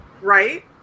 right